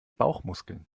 bauchmuskeln